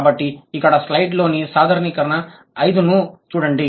కాబట్టి ఇక్కడ స్లైడ్ లోని సాధారణీకరణ 5 ను చూడండి